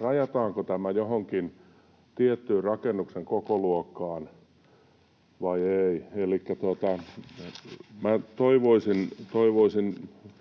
rajataanko tämä johonkin tiettyyn rakennuksen kokoluokkaan vai ei. Elikkä